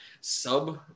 sub